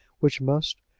which must,